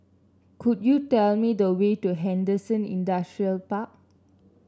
could you tell me the way to Henderson Industrial Park